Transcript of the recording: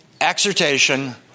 exhortation